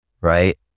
right